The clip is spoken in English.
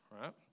right